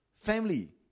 Family